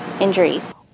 injuries